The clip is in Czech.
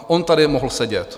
On tady mohl sedět.